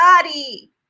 body